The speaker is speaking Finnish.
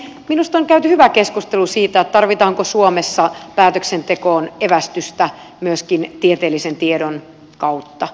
minusta on käyty hyvä keskustelu siitä tarvitaanko suomessa päätöksentekoon evästystä myöskin tieteellisen tiedon kautta